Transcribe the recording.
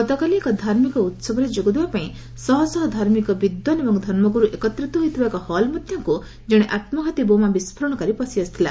ଗତକାଲି ଏକ ଧାର୍ମିକ ଉତ୍ସବରେ ଯୋଗଦେବା ପାଇଁ ଶହଶହ ଧାର୍ମିକ ବିଦ୍ୱାନ ଏବଂ ଧର୍ମଗୁରୁ ଏକତ୍ରିତ ହୋଇଥିବା ଏକ ହଲ୍ ମଧ୍ୟକୁ ଜଣେ ଆତ୍କଘାତୀ ବୋମା ବିଷ୍କୋରଣକାରୀ ପଶିଆସିଥିଲା